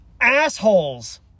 assholes